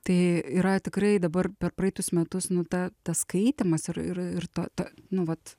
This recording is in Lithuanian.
tai yra tikrai dabar per praeitus metus nu ta tas skaitymas ir ir ta ta nu vat